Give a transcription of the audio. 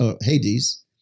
Hades